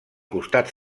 costat